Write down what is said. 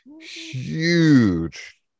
huge